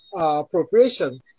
appropriation